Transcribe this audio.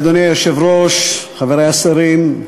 אדוני היושב-ראש, חברי השרים,